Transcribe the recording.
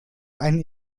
einen